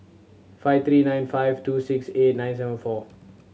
five three nine five two six eight nine seven four